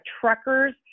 truckers